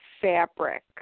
fabric